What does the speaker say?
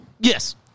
Yes